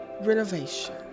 renovation